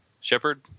Shepard